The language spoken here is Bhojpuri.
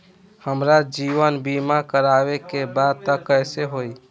हमार जीवन बीमा करवावे के बा त कैसे होई?